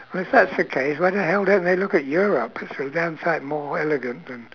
well if that's the case why the hell don't they look at europe it's a damn sight more elegant and